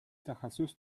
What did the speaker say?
تخصص